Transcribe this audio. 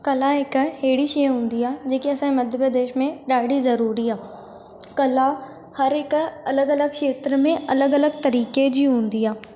कला हिकु अहिड़ी शइ हूंदी आहे जेके असांजे मध्य प्रदेश में ॾाढी ज़रूरी आहे कला हर हिकु अलॻि अलॻि खेत्र में अलॻि अलॻि तरीक़े जूं हूंदी आहे